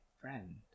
friend